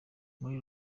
muri